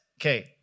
okay